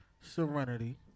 Serenity